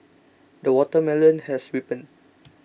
the watermelon has ripened